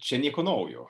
čia nieko naujo